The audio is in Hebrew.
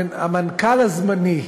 שהמנכ"ל הזמני,